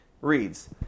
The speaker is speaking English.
reads